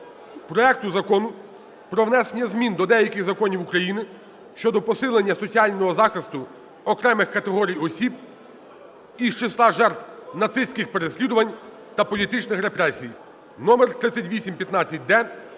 проекту Закону про внесення змін до деяких законів України щодо посилення соціального захисту окремих категорій осіб із числа жертв нацистських переслідувань та політичних репресій (№ 3815-д).